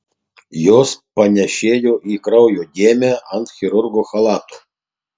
jos panėšėjo į kraujo dėmę ant chirurgo chalato